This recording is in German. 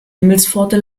himmelspforte